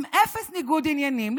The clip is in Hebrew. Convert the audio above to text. עם אפס ניגוד עניינים.